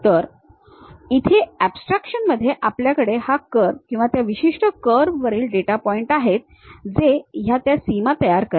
तर इथे अॅब्स्ट्रॅक्शनमध्ये आपल्याकडे हा कर्व किंवा त्या विशिष्ट कर्व वरील डेटा पॉइंट आहेत जे ह्या त्या सीमा तयार करतात